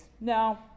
No